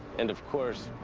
and of course,